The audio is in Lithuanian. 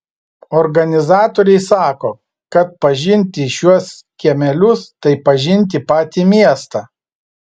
organizatoriai sako kad pažinti šiuos kiemelius tai pažinti patį miestą